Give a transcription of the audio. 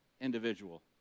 individual